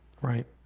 Right